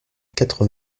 quatre